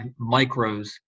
micros